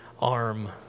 arm